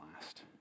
last